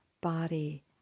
body